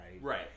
Right